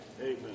Amen